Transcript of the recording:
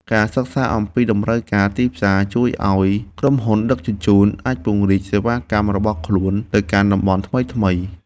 ការសិក្សាអំពីតម្រូវការទីផ្សារជួយឱ្យក្រុមហ៊ុនដឹកជញ្ជូនអាចពង្រីកសេវាកម្មរបស់ខ្លួនទៅកាន់តំបន់ថ្មីៗ។